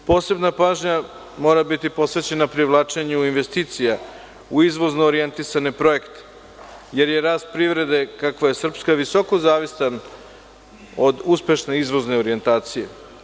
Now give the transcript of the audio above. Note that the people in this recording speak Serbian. Posebna pažnja mora biti posvećena privlačenju investicija u izvozno orijentisane projekte, jer je rast privrede kakva je srpska visoko zavistan od uspešne izvozne orijentacije.